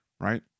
right